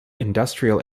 industrial